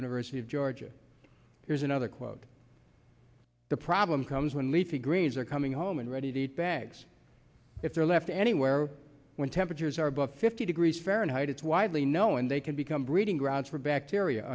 university of georgia here's another quote the problem comes when leafy greens are coming home and ready to eat bags if they're left anywhere when temperatures are above fifty degrees fahrenheit it's widely known they can become breeding grounds for bacteria